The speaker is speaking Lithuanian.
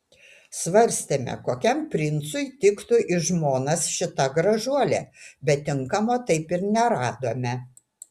svarstėme kokiam princui tiktų į žmonas šita gražuolė bet tinkamo taip ir neradome